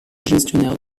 gestionnaire